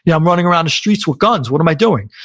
yeah i'm running around the streets with guns. what am i doing?